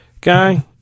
guy